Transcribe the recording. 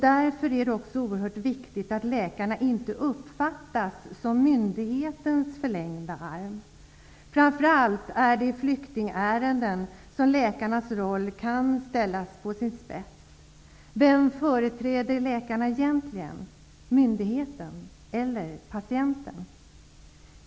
Därför är det oerhört viktigt att läkarna inte uppfattas som myndighetens förlängda arm. Framför allt är det i flyktingärenden som läkarnas roll kan ställas på sin spets. Vem företräder läkarna egentligen -- myndigheten eller patienten?